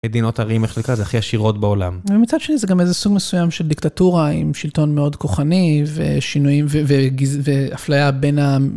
מדינות ערים זה הכי עשירות בעולם. ומצד שני זה גם איזה סוג מסוים של דיקטטורה עם שלטון מאוד כוחני ושינויים ואפליה בין ה...